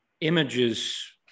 images